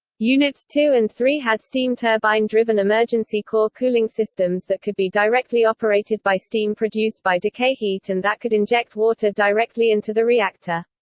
units two and three had steam turbine-driven emergency core cooling systems that could be directly operated by steam produced by decay heat and that could inject water directly into the reactor.